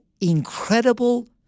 incredible